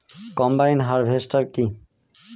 Combine harvester কি?